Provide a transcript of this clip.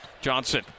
Johnson